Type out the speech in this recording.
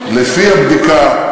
יש נתונים, לפי הבדיקה,